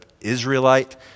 Israelite